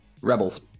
Rebels